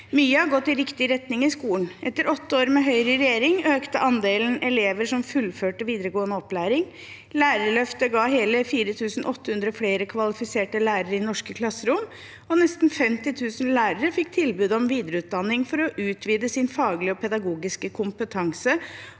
Mye har gått i riktig retning i skolen. Etter åtte år med Høyre i regjering økte andelen elever som fullførte videregående opplæring, Lærerløftet ga hele 4 800 flere kvalifiserte lærere i norske klasserom, nesten 50 000 lærere fikk tilbud om videreutdanning for å utvide sin faglige og pedagogiske kompetanse,